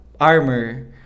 armor